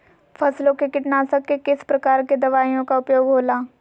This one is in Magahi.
फसलों के कीटनाशक के किस प्रकार के दवाइयों का उपयोग हो ला?